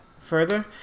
Further